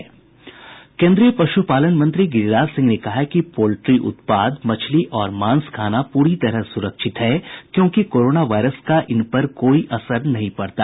केंद्रीय पश्पालन मंत्री गिरिराज सिंह ने कहा है कि पोल्ट्री उत्पाद मछली और मांस खाना पूरी तरह सुरक्षित है क्योंकि कोरोना वायरस का इन पर कोई असर नहीं पड़ता